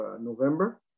November